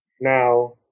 Now